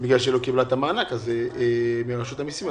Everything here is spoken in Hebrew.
כי לא קיבלה את המענק מרשות המיסים,